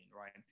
right